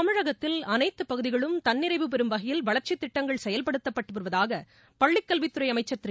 தமிழகத்தில் அனைத்து பகுதிகளும் தன்னிறைவு பெறும் வகையில் வளர்ச்சித் திட்டங்கள் செயல்படுத்தப்பட்டு வருவதாக பள்ளிக் கல்வித்துறை அமைச்சர் திரு